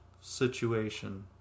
situation